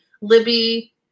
Libby